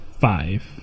Five